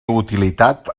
utilitat